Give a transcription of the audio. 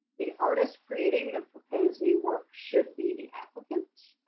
the artists creating the proposed new work should be the applicant.